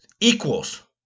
equals